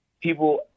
people